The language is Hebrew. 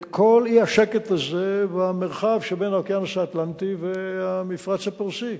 את כל האי-שקט הזה במרחב שבין האוקיינוס האטלנטי למפרץ הפרסי,